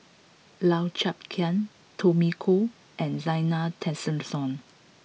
Lau Chiap Khai Tommy Koh and Zena Tessensohn